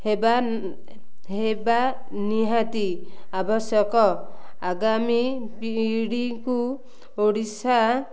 ହେବା ହେବା ନିହାତି ଆବଶ୍ୟକ ଆଗାମୀ ପିଢ଼ିଙ୍କୁ ଓଡ଼ିଶା